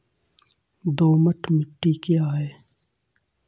दोमट मिट्टी क्या है?